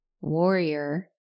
warrior